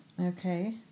Okay